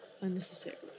unnecessarily